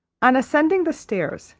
on ascending the stairs,